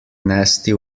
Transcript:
nasty